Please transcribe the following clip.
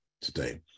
today